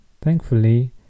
Thankfully